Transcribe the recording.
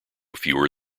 fewer